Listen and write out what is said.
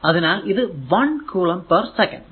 അതിനാൽ ഇത് 1 coulomb per second